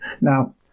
Now